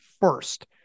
first